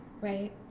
right